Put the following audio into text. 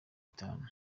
itanu